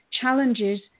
challenges